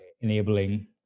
enabling